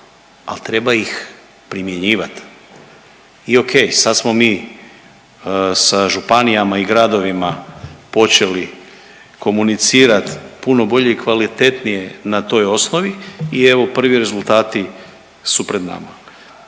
ali treba ih primjenjivati, i okej, sad smo mi sa županijama i gradovima počeli puno bolje i kvalitetnije na toj osnovi i evo, pri rezultati su pred nama.